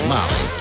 Molly